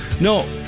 No